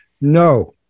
No